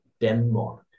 Denmark